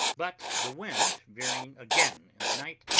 but the wind veering again in the night,